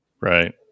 Right